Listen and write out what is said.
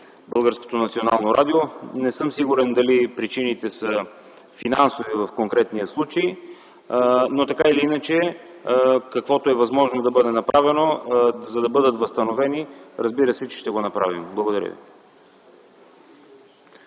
Българското национално радио. Не съм сигурен дали причините са финансови в конкретния случай, но каквото е възможно да бъде направено, за да бъдат възстановени, разбира се, ще го направим. Благодаря ви.